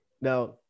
Now